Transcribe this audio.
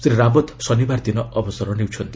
ଶ୍ରୀ ରାଓ୍ୱତ୍ ଶନିବାର ଦିନ ଅବସର ନେଉଛନ୍ତି